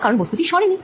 কারণ বস্তুটি সরেনি